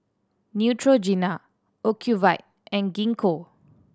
Neutrogena Ocuvite and Gingko